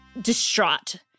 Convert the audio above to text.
distraught